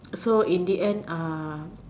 so in the end uh